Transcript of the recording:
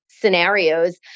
scenarios